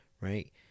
right